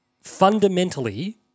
fundamentally